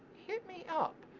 hit me up.